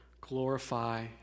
glorify